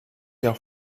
der